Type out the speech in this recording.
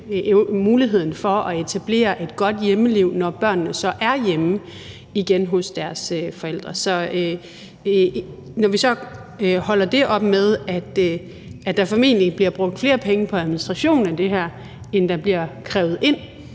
muligheden for at etablere et godt hjemmeliv, når børnene så er hjemme igen hos deres forældre. Når vi holder det op imod, at der formentlig bliver brugt flere penge på administration af det her, end der bliver krævet ind,